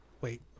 wait